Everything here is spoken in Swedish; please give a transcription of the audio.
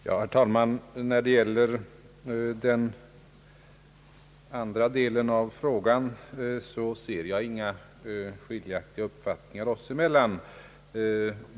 Herr talman! När det gäller den andra delen av frågan ser jag inga skiljaktiga uppfattningar oss emellan.